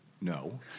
no